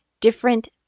different